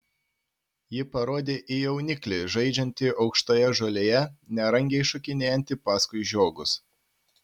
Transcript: ji parodė į jauniklį žaidžiantį aukštoje žolėje nerangiai šokinėjantį paskui žiogus